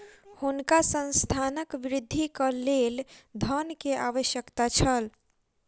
हुनका संस्थानक वृद्धिक लेल धन के आवश्यकता छल